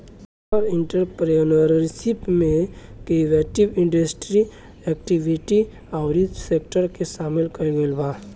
cultural entrepreneurship में creative industry activity अउरी sector के सामिल कईल गईल बा